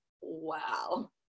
wow